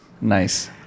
Nice